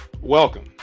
welcome